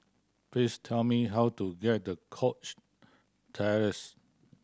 please tell me how to get to Cox Terrace